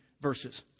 verses